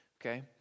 okay